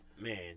man